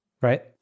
right